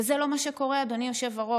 וזה לא משהו שקורה, אדוני היושב-ראש.